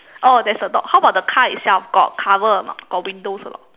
oh there's a dog how about the car itself got cover or not got windows or not